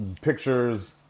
pictures